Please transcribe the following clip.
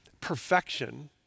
perfection